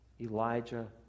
Elijah